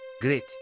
great